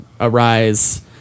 arise